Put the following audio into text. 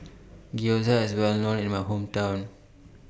Gyoza IS Well known in My Hometown